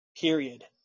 period